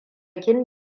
kin